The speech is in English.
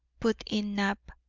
put in knapp.